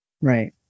Right